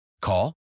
Call